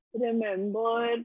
remember